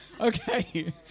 Okay